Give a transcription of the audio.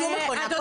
אדוני,